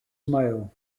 mail